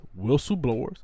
whistleblowers